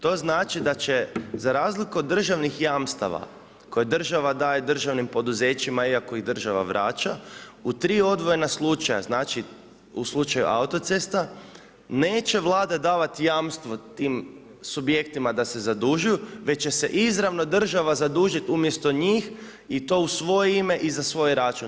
To znači da će za razliku od državnih jamstava koja država daje državnim poduzećima iako ih država vraća u tri odvojena slučaja u slučaju Autocesta neće Vlada davati jamstvo tim subjektima da se zadužuju već će se izravno država zadužiti umjesto njih i to u svoje ime i za svoj račun.